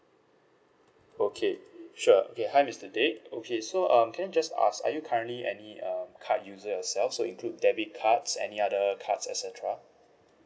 okay sure okay hi mister dick okay so um can I just ask are you currently any um card user yourself so include debit cards any other cards et cetera